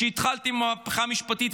כשהתחלתם עם המהפכה המשפטית.